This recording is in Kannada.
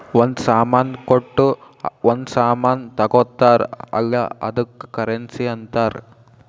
ಒಂದ್ ಸಾಮಾನ್ ಕೊಟ್ಟು ಒಂದ್ ಸಾಮಾನ್ ತಗೊತ್ತಾರ್ ಅಲ್ಲ ಅದ್ದುಕ್ ಕರೆನ್ಸಿ ಅಂತಾರ್